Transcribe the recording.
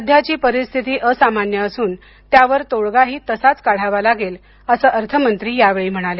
सध्याची परिस्थिती असामान्य असून त्यावर तोडगाही तसाच काढावा लागेल असं अर्थमंत्री या वेळी म्हणाल्या